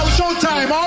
showtime